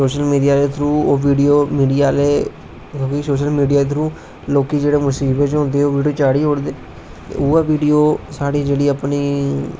social media दे through ओह् video media आहले सोशल मिडिया इद्धरु लोकें जेहडे़ मुस्बित च होंदे ओह् बिडियो चाढ़ी ओड़दे उऐ बिडियो साढ़ी जेहड़ी अपनी